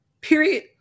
period